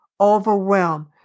overwhelm